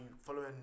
following